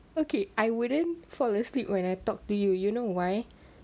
okay I wouldn't fall asleep when I talk to you you know why